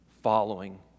following